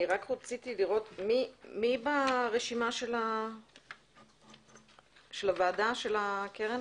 אני רק רציתי לראות מי ברשימה של הוועדה של הקרן?